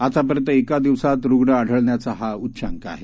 आतापर्यंत एका दिवसात रुग्ण सापडण्याचा हा उच्चांक आहे